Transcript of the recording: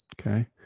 okay